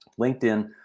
linkedin